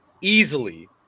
easily